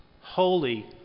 holy